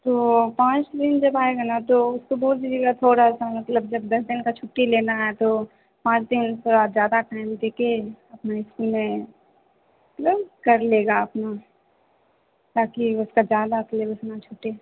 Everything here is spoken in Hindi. तो पाँच दिन जब आएग ना तो उसको बोल दीजिएगा थोड़ा सा मतलब जब दस दिन का छुट्टी लेना है तो पाँच दिन थोड़ा ज़्यादा टाइम देकर अपना इस्कूल में मतलब कर लेगा अपना ताकि उसका ज़्यादा सिलेबस ना छूटे